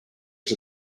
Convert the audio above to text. his